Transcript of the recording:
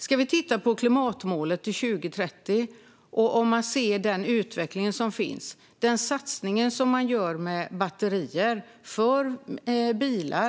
Låt oss titta på klimatmålet till 2030 och den rådande utvecklingen, och då kan vi se på den satsning som görs med batterier för bilar.